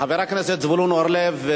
חבר הכנסת זבולון אורלב,